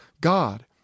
God